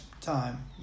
time